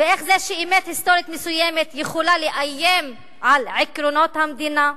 ואיך זה שאמת היסטורית מסוימת יכולה לאיים על עקרונות המדינה?